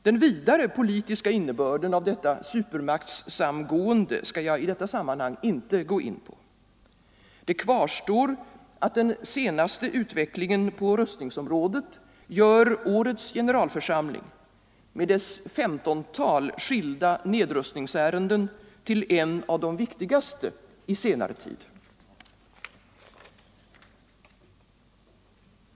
Den vidare politiska innebörden av detta supermaktssamgående skall jag i detta sammanhang inte gå in på. Det kvarstår att den senaste utvecklingen på rustningsområdet gör årets generalförsamling, med dess femtontal skilda nedrustningsärenden, till en av de viktigaste i senare tid.